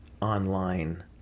online